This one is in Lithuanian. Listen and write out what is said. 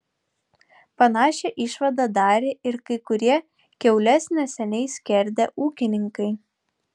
panašią išvadą darė ir kai kurie kiaules neseniai skerdę ūkininkai